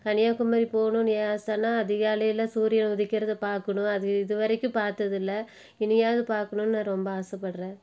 கன்னியாகுமரி போகணும்னு ஏன் ஆசைன்னா அதிகாலையில் சூரியன் உதிக்கிறத பார்க்கணும் அது இதுவரைக்கும் பார்த்ததில்ல இனியாவது பார்க்கணும்னு நான் ரொம்ப ஆசைப்படுகிறேன்